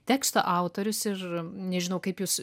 teksto autorius ir nežinau kaip jūs